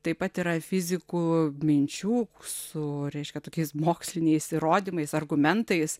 taip pat yra fizikų minčių su reiškia tokiais moksliniais įrodymais argumentais